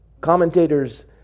Commentators